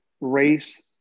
race